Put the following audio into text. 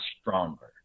stronger